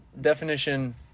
definition